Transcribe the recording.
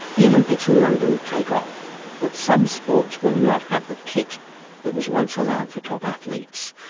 the olympics in london take off. but some sports will not have the kit that was once allowed for top athletes.